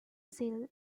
sills